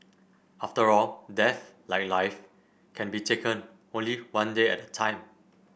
after all death like life can be taken only one day at a time